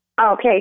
Okay